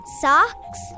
socks